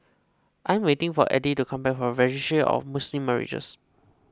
I am waiting for Eddy to come back from Registry of Muslim Marriages